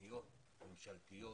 תוכניות ממשלתיות,